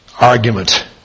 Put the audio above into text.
argument